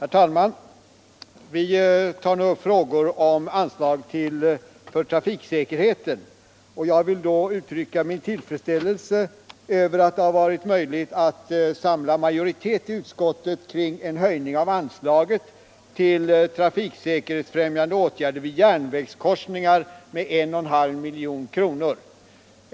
Fru talman! När vi nu tar upp frågor kring anslag till trafiksäkerheten vill jag uttrycka min tillfredsställelse över att det varit möjligt att samla majoritet i utskottet kring en höjning med 1,5 milj.kr. av anslaget till trafiksäkerhetsfrämjande åtgärder vid järnvägskorsningar.